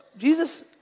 Jesus